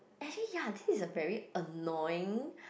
actually ya this is a very annoying